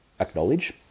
acknowledge